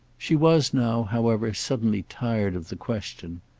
she was now, however, suddenly tired of the question.